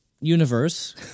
universe